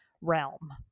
realm